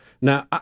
Now